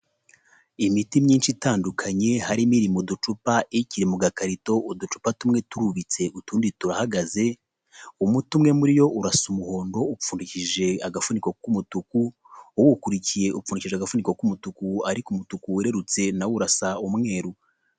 Imiti myinshi itandukanye, harimo iri mu uducupa, ikiri mu gakarito, uducupa tumwe turubitse utundi turahagaze, umuti umwe muri yo urasa umuhondo upfundikishije agafuniko k'umutuku, uwukurikiye upfundijishije agafuniko k'umutuku, ariko umutuku wererutse, nawo urasa umweru.